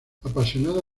apasionada